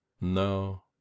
No